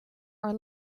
are